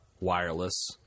wireless